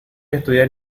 estudiar